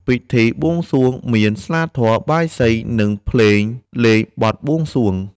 ពិធីបួងសួងមាន ស្លាធម៌ បាយសី និងភ្លេងលេងបទបួងសួង ។